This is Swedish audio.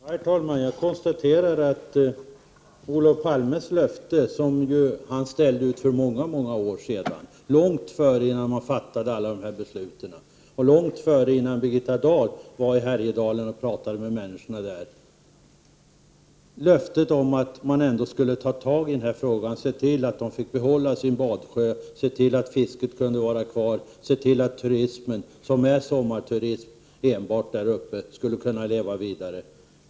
Herr talman! Jag konstaterar ännu en gång att Olof Palmes löfte — som han ställde ut för väldigt många år sedan, ja, långt innan de aktuella besluten fattades och långt innan Birgitta Dahl besökte Härjedalen och talade med människorna där — inte har infriats. Jag tänker då på löftet om att man skulle ta tag i frågan och se till att befolkningen där uppe fick behålla sin badsjö, att fisket fick vara kvar och att turismen — som enbart är sommarturism i de här trakterna — skulle kunna leva vidare.